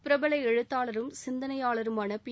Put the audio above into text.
பிரபல எழுத்தாளரும் சிந்தனையாளருமான பி